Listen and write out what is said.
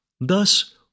Thus